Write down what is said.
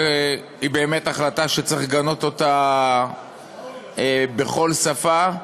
שהיא באמת החלטה שצריך לגנות אותה בכל שפה,